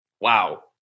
wow